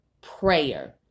prayer